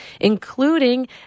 including